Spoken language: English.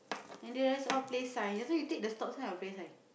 and there's a play sign later you take the stop sign or play sign